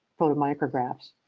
photomicrographs